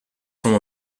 from